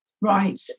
Right